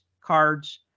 cards